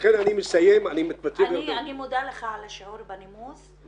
לכן אני מסיים ואני --- אני מודה לך על השיעור בנימוס,